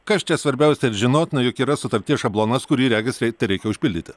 kas čia svarbiausia ir žinotina juk yra sutarties šablonas kurį regis reik tereikia užpildyti